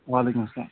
وعلیکُم سلام